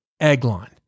Eglon